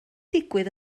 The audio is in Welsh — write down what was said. digwydd